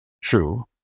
true